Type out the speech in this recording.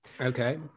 okay